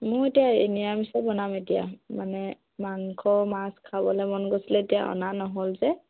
মোৰ এতিয়া নিৰামিষ বনাম এতিয়া মানে মাংস মাছ খাবলে মন গৈছিলে এতিয়া অনা নহ'ল যে